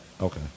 Okay